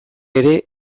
ere